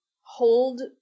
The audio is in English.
hold